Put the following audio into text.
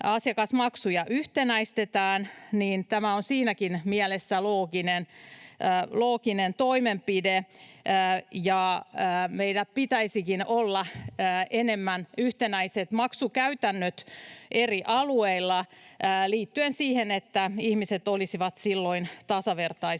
asiakasmaksuja yhtenäistetään, niin tämä on siinäkin mielessä looginen toimenpide. Meillä pitäisikin olla enemmän yhtenäiset maksukäytännöt eri alueilla liittyen siihen, että ihmiset olisivat silloin tasavertaisemmassa